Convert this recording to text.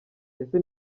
ese